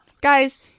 Guys